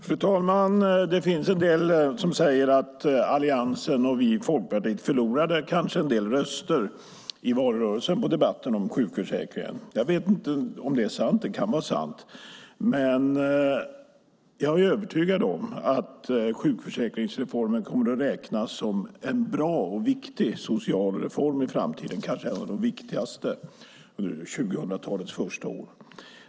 Fru talman! Det finns en del som säger att Alliansen och vi i Folkpartiet kanske förlorade en del röster i valet på grund av debatten om sjukförsäkringen. Jag vet inte om det är sant. Det kan vara sant. Men jag är övertygad om att sjukförsäkringsreformen kommer att räknas som en bra och viktig social reform i framtiden, kanske en av de viktigaste under 2000-talets första år.